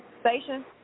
Station